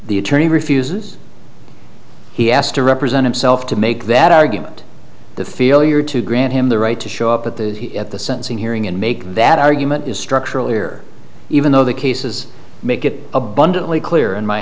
the attorney refuses he asked to represent himself to make that argument to feel your to grant him the right to show up at the at the sentencing hearing and make that argument is structural here even though the cases make it abundantly clear in my